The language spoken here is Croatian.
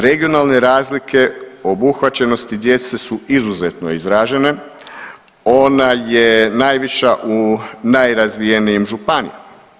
Regionalne razlike obuhvaćenosti djece su izrazito izražene, ona je najviša u najrazvijenijim županijama.